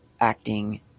acting